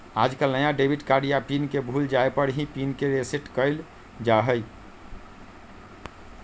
आजकल नया debit card या पिन के भूल जाये पर ही पिन के रेसेट कइल जाहई